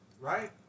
right